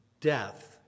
death